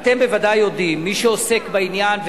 אתם ודאי יודעים, מי שעוסק בעניין,